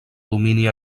domini